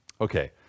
Okay